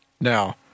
Now